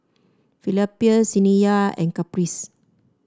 Felipa Saniyah and Caprice